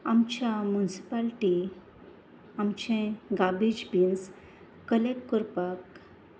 आमच्या मुन्सिपालटी आमचें garbage bins collect करपाक